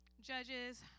Judges